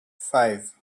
five